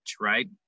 right